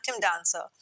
dancer